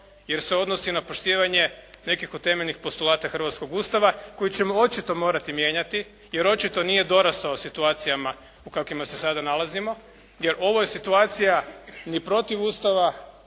jer se odnosi na poštivanje nekih od temeljnih postulata hrvatskog Ustava koji ćemo očito morati mijenjati jer očito nije dorastao situacijama u kakvima se sada nalazimo. Jer ovo je situacija ni protiv Ustava